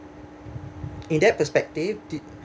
in that perspective did